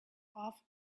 off